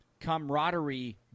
camaraderie